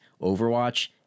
overwatch